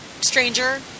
stranger